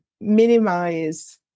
minimize